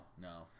No